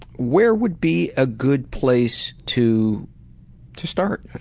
where would be a good place to to start?